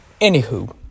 Anywho